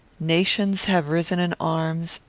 nations have risen in arms,